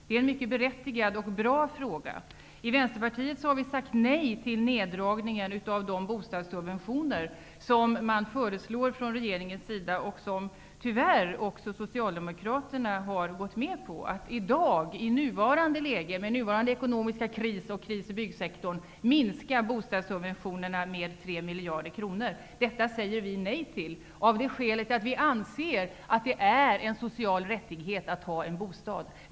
Det är en mycket berättigad och bra fråga. I Vänsterpartiet har vi sagt nej till neddragningen av de bostadssubventioner som regeringen föreslår, och som tyvärr även Socialdemokraterna har gått med på. Att i nuvarande läge, med nuvarande ekonomiska kris och kris i byggsektorn, minska bostadssubventionerna med tre miljarder kronor säger vi nej till av det skälet att vi anser att det är en social rättighet att ha en bostad.